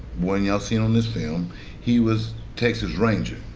one you all seen on this film he was texas ranger.